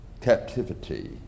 captivity